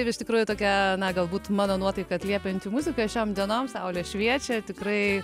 ir iš tikrųjų tokia na galbūt mano nuotaiką atliepianti muzika šiom dienom saulė šviečia tikrai